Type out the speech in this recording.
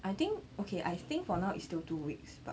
I think okay I think for now is still two weeks